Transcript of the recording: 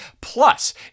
Plus